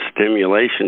stimulation